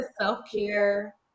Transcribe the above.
self-care